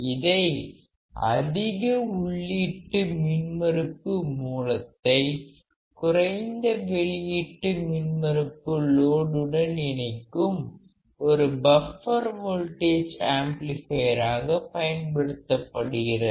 இதை அதிக உள்ளீட்டு மின்மறுப்பு மூலத்தை குறைந்த வெளியீட்டு மின் மறுப்பு லோடு உடன் இணைக்கும் ஒரு பஃப்பர் வோல்டேஜ் ஆம்ப்ளிபையராக பயன்படுத்தப்படுகிறது